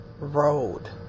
road